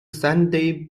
sandy